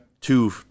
two